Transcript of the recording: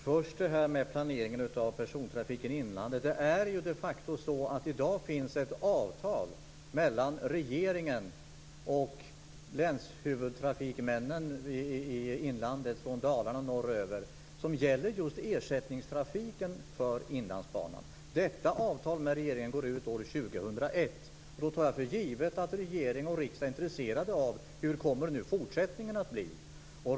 Herr talman! Först vill jag ta upp frågan om planering av persontrafiken i inlandet. Det finns i dag de facto ett avtal mellan regeringen och länstrafikhuvudmännen i inlandet, från Dalarna och norröver, som gäller just ersättningstrafiken för Inlandsbanan. Detta avtal med regeringen går ut år 2001. Jag tar för givet att regering och riksdag är intresserade av hur det kommer att bli i fortsättningen.